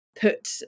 put